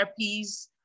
therapies